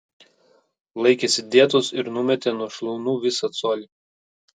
laikėsi dietos ir numetė nuo šlaunų visą colį